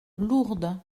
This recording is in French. lourdes